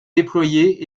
déployées